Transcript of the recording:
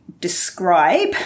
describe